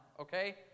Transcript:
okay